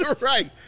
Right